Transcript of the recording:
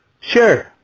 Sure